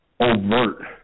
overt